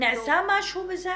מה?